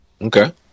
Okay